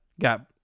got